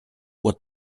were